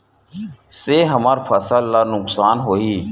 से हमर फसल ला नुकसान होही?